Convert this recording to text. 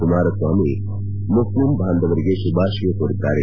ಕುಮಾರಸ್ವಾಮಿ ಮುಸ್ಲಿಂ ಬಾಂಧವರಿಗೆ ಶುಭಾಶಯ ಕೋರಿದ್ದಾರೆ